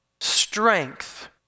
strength